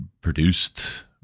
produced